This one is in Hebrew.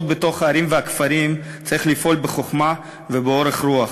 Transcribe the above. בתוך הערים והכפרים צריך לפעול בחוכמה ובאורך רוח,